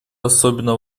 особенно